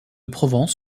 provence